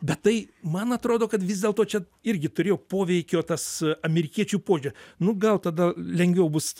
bet tai man atrodo kad vis dėlto čia irgi turėjo poveikio tas amerikiečių požiūriu nu gal tada lengviau bus